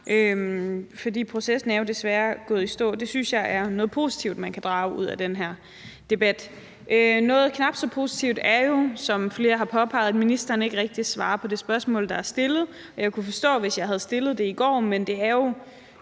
for processen er jo desværre gået i stå. Så det synes jeg er noget positivt, man kan drage ud af den her debat. Noget knap så positivt er jo, som flere har påpeget, at ministeren ikke rigtig svarer på det spørgsmål, der er stillet. Jeg kunne forstå det, hvis jeg havde stillet det i går, men det er jo